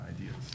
ideas